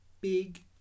big